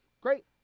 Great